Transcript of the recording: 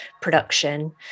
production